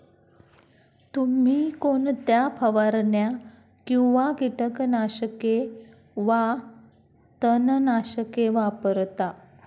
तुम्ही कोणत्या फवारण्या किंवा कीटकनाशके वा तणनाशके वापरता?